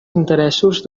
interessos